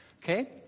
Okay